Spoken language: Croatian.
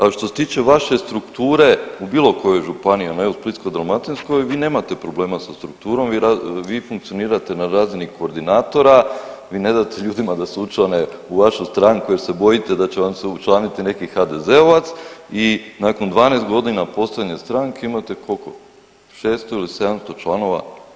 A što se tiče vaše strukture u bilo kojoj županiji, a ne u Splitsko-dalmatinskoj, vi nemate problema sa strukturom, vi funkcionirate na razini koordinatora, vi ne date ljudima da se učlane u vašu stranku jer se bojite da će vam se učlaniti neki HDZ-ovac i nakon 12.g. postojanja stranke imate kolko, 600 ili 700 članova.